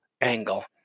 angle